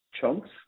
chunks